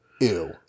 Ew